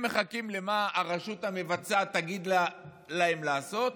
הם מחכים למה שהרשות המבצעת תגיד להם לעשות,